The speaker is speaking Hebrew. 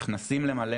נכנסים למלא